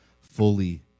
fully